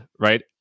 right